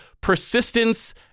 persistence